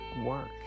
work